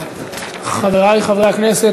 חברי חברי הכנסת,